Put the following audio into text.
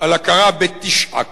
על הכרה בתשעה כפרים.